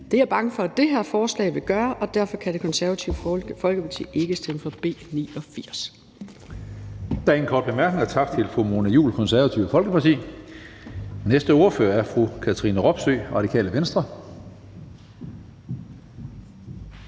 Det er jeg bange for at det her forslag vil gøre, og derfor kan Det Konservative Folkeparti ikke stemme for B 89. Kl. 15:37 Tredje næstformand (Karsten Hønge): Der er ingen korte bemærkninger. Tak til fru Mona Juul, Det Konservative Folkeparti. Næste ordfører er fru Katrine Robsøe, Radikale Venstre.